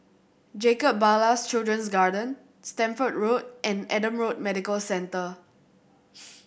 Jacob Ballas Children's Garden Stamford Road and Adam Road Medical Centre